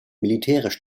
militärisch